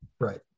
Right